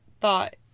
thought